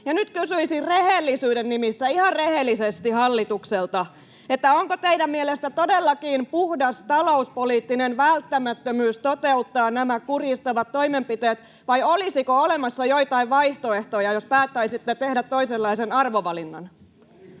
Nyt kysyisin rehellisyyden nimissä, ihan rehellisesti, hallitukselta: onko teidän mielestänne todellakin puhdas talouspoliittinen välttämättömyys toteuttaa nämä kurjistavat toimenpiteet, vai olisiko olemassa joitain vaihtoehtoja, jos päättäisitte tehdä toisenlaisen arvovalinnan?